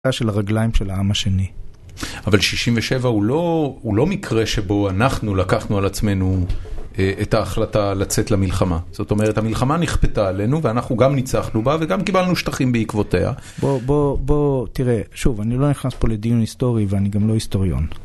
של הרגליים של העם השני. אבל 67 הוא לא...הוא לא מקרה שבו אנחנו לקחנו על עצמנו את ההחלטה לצאת למלחמה. זאת אומרת, המלחמה נכפתה עלינו ואנחנו גם ניצחנו בה וגם קיבלנו שטחים בעקבותיה. בוא...בוא...בוא תראה, שוב, אני לא נכנס פה לדיון היסטורי ואני גם לא היסטוריון.